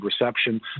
reception